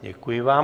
Děkuji vám.